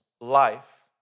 life